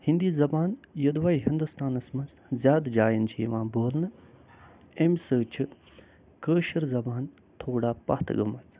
ہیندی زبان یوٚدوَے ہندوستانس منٛز زیادٕ جاین چھِ یِوان بولنہٕ اَمہِ سۭتۍ چھُ کٲشِر زبان تھوڑا پتھ گٲمٕژ